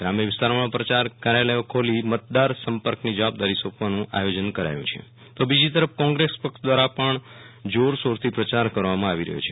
ગ્રામ્યવિસ્તારોમાં કાર્યોલયો ખોલી મતદાર સંપર્કની જવાબદારી સોપવાનું શરૂ કરાયુ છે તો બીજી તરફ કોંગ્રેસ પક્ષ દ્રારા અનેક સ્થળે પણ જોરશોરથી પ્રચાર કરવામાં આવી રહ્યો છે